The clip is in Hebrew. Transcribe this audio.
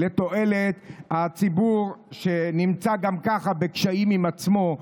לתועלת הציבור שנמצא גם ככה בקשיים עם עצמו,